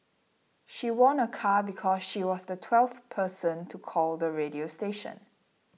she won a car because she was the twelfth person to call the radio station